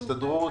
הסתדרות,